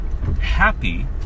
happy